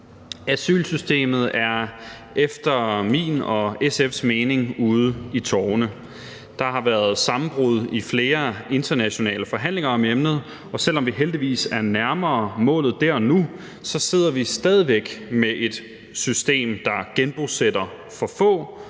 Asylsystemet er efter min og SF's mening ude i tovene. Der har været sammenbrud i flere internationale forhandlinger om emnet, og selv om vi heldigvis er nærmere målet der nu, så sidder vi stadig væk med et system, der genbosætter for få